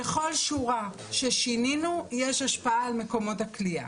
לכל שורה ששינינו יש השפעה על מקומות הכליאה.